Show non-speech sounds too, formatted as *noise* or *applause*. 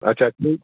अच्छा *unintelligible*